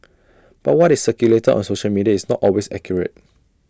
but what is circulated on social media is not always accurate